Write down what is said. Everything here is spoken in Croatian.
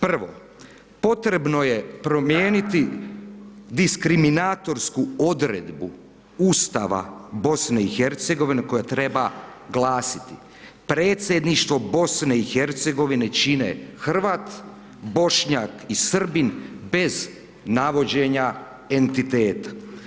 Prvo, potrebno je promijeniti diskriminatorsku odredbu Ustava BiH-a koja treba glasiti Predsjedništvo BiH čine Hrvat, Bošnjak i Srbin bez navođenja entiteta.